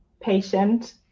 patient